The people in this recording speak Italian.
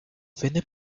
venne